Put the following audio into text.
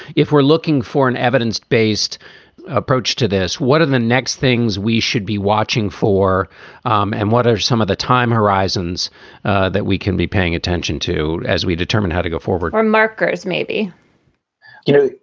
if we're looking for an evidence based approach to this. what are the next things we should be watching for um and what are some of the time horizons that we can be paying attention to as we determine how to go forward? um markers maybe you know,